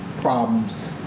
problems